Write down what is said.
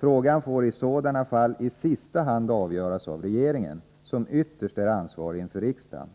Frågan får i sådana fall i sista hand avgöras av regeringen som ytterst är ansvarig inför riksdagen.